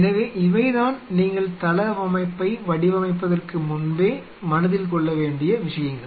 எனவே இவைதான் நீங்கள் தளவமைப்பை வடிவமைப்பதற்கு முன்பே மனதில் கொள்ள வேண்டிய விஷயங்கள்